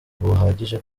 buhagije